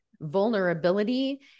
vulnerability